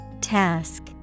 Task